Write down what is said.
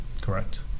Correct